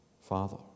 Father